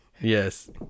yes